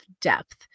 depth